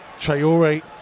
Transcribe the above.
Traore